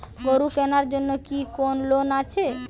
গরু কেনার জন্য কি কোন লোন আছে?